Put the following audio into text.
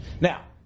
Now